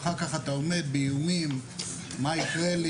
ואחר כך אתה עומד באיומים מה יקרה לי?